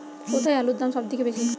কোথায় আলুর দাম সবথেকে বেশি?